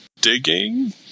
Digging